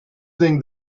thing